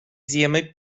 zjemy